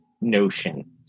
notion